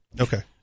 okay